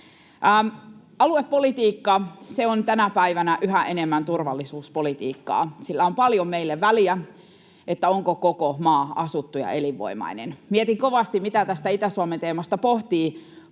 Aluepolitiikka on tänä päivänä yhä enemmän turvallisuuspolitiikkaa. Sillä on paljon meille väliä, onko koko maa asuttu ja elinvoimainen. Mietin kovasti, mitä tästä Itä-Suomen teemasta pohtii